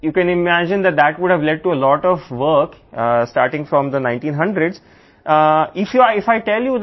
కాబట్టి అది 1900 ల నుండి దానికి దారితీస్తుందని మీరు ఊహించవచ్చు